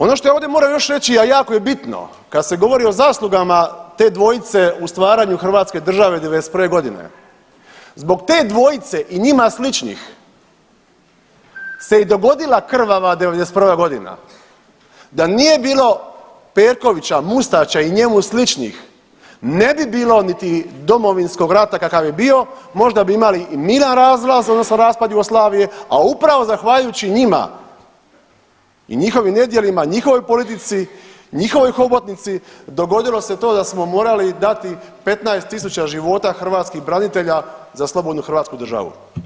Ono što ja ovdje moram još reći, a jako je bitno, kad se govori o zaslugama te dvojice u stvaranju hrvatske države '91.g., zbog te dvojice i njima sličnih se i dogodila krvava '91.g., da nije bilo Perkovića, Mustača i njemu sličnih ne bi bilo niti Domovinskog rata kakav je bio, možda bi imali i miran razlaz odnosno raspad Jugoslavije, a upravo zahvaljujući njima i njihovim nedjelima i njihovoj politici i njihovoj hobotnici dogodilo se to da smo morali dati 15.000 života hrvatskih branitelja za slobodnu hrvatsku državu.